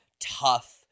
tough